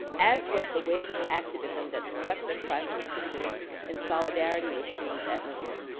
as was the wave of activism that swept across campuses in solidarity with students at mizzou.